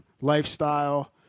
lifestyle